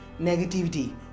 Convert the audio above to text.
negativity